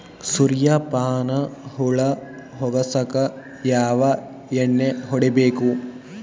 ಸುರ್ಯಪಾನ ಹುಳ ಹೊಗಸಕ ಯಾವ ಎಣ್ಣೆ ಹೊಡಿಬೇಕು?